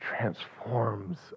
transforms